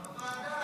כל מי